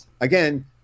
again